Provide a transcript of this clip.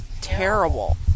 terrible